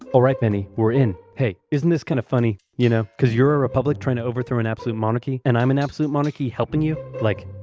alright benny, we're in. hey, isn't this kind of funny? you know, cause you're a republic trying to overthrow an absolute monarchy, and i'm an absolute monarchy helping you? like,